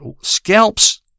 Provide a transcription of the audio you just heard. scalps